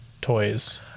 toys